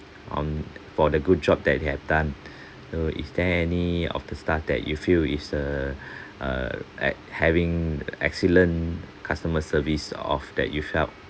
on for the good job that he have done so is there any of the staff that you feel is uh uh at having excellent customer service of that you felt